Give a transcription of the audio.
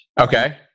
Okay